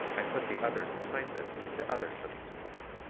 i put the others behind them into other semi-circles.